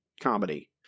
comedy